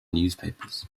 newspapers